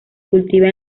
cultivan